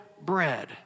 bread